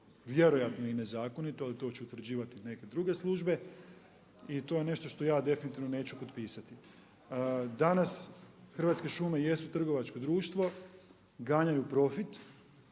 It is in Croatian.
vjerojatno i nezakonito ali to će utvrđivati neke druge službe i to je nešto što ja definitivno neću potpisati. Danas Hrvatske šume jesu trgovačko društvo, ganjaju profit,